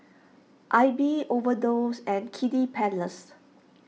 Aibi Overdose and Kiddy Palace